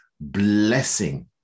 blessing